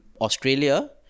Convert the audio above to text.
Australia